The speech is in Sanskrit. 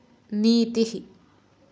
नीतिः